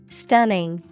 stunning